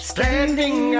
Standing